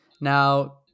Now